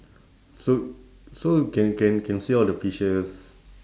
so so can can can see all the fishes